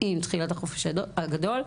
עם תחילת החופש הגדול,